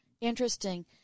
Interesting